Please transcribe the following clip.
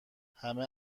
همه